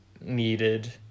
needed